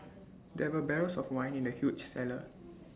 there were barrels of wine in the huge cellar